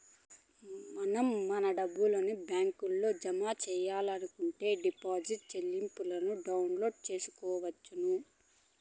మనం మన డబ్బుని బ్యాంకులో జమ సెయ్యాలనుకుంటే డిపాజిట్ స్లిప్పులను డౌన్లోడ్ చేసుకొనవచ్చును